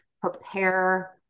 prepare